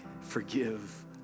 forgive